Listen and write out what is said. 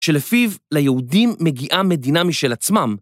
שלפיו ליהודים מגיעה מדינה משל עצמם.